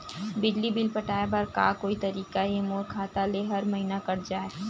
बिजली बिल पटाय बर का कोई तरीका हे मोर खाता ले हर महीना कट जाय?